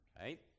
right